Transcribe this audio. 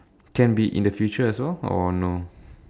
can be in the future as well or no